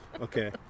Okay